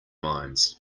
mines